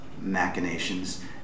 machinations